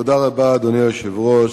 אדוני היושב-ראש,